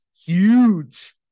huge